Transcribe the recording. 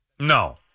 No